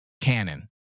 canon